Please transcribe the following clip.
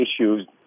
issues